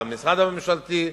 על המשרד הממשלתי,